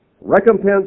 Recompense